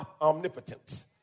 omnipotent